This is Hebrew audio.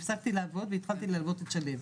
הפסקתי לעבוד והתחלתי ללוות את שליו,